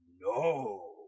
no